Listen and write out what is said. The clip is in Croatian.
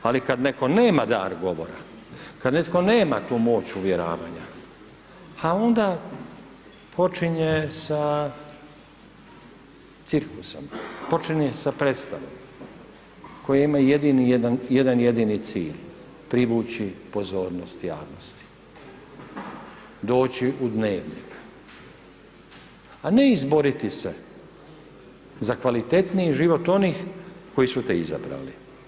Ali kad netko nema dar govora, kad netko nema tu moć uvjeravanja, a onda počinje sa cirkusom, počinje sa predstavom koji ima jedan jedini cilj, privući pozornost javnosti, doći u Dnevnik, a ne izboriti se za kvalitetniji život onih koji su te izabrali.